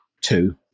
two